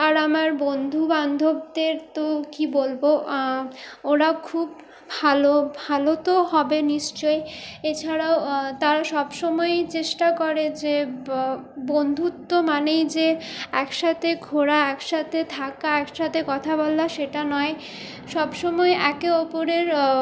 আর আমার বন্ধুবান্ধবদের তো কী বলবো ওরা খুব ভালো ভালো তো হবে নিশ্চয়ই এছাড়াও তারা সবসময়ই চেষ্টা করে যে ব বন্ধুত্ব মানেই যে একসাথে ঘোরা একসাথে থাকা একসাথে কথা বলা সেটা নয় সবসময় একে অপরের